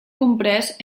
comprès